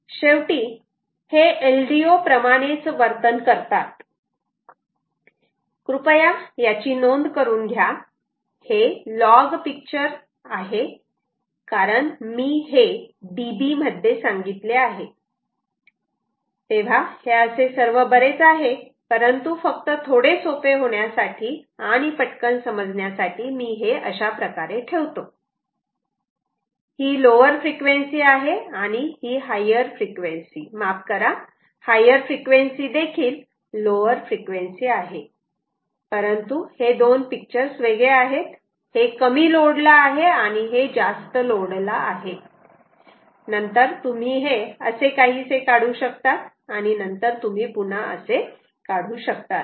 शेवटी हे LDO प्रमाणेच वर्तन करत आहे कृपया याची नोंद करून घ्या हे लॉग पिक्चर आहे कारण मी हे dB मध्ये सांगितले आहे तेव्हा हे असे सर्व बरेच आहे परंतु फक्त थोडे सोपे होण्यासाठी आणि पटकन समजण्यासाठी मी हे अशाप्रकारे ठेवतो हे लोवर फ्रिक्वेन्सी आहे आणि हे हायर फ्रिक्वेन्सी माफ करा हायर फ्रिक्वेन्सी देखील लोवर फ्रिक्वेन्सी आहे परंतु हे दोन पिक्चर्स वेगळे आहेत हे कमी लोड ला आहे आणि हे जास्त लोड ला आहे नंतर तुम्ही हे असे काही काढू शकतात आणि नंतर तुम्ही पुन्हा असे काढू शकतात